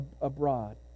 abroad